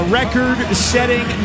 record-setting